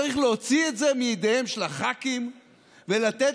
צריך להוציא את זה מידיהם של הח"כים ולתת